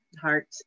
heart